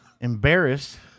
Embarrassed